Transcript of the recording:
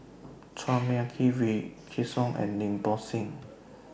Chua Mia Tee Wykidd Song and Lim Bo Seng